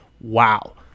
wow